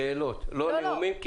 נא לשאול שאלות ולא לנאום נאומים.